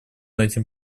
этим